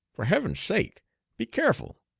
for heaven's sake be careful.